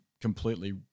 completely